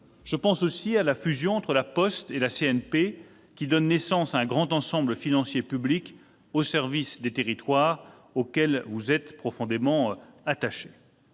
retraite, à la fusion entre La Poste et CNP Assurances, qui donne naissance à un grand ensemble financier public, au service des territoires auxquels vous êtes profondément attachés.